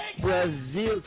Brazil